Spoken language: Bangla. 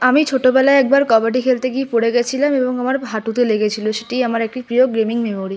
আমি ছোটোবেলায় একবার কবাডি খেলতে গিয়ে পড়ে গেছিলাম এবং আমার হাঁটুতে লেগেছিল সেটিই আমার একটি প্রিয় গেমিং মেমোরি